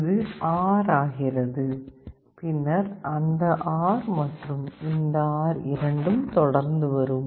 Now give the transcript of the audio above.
இது R ஆகிறது பின்னர் அந்த R மற்றும் இந்த R இரண்டும் தொடர்ந்து வரும்